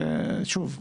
זה, שוב,